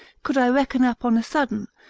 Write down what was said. could i reckon up on a sudden,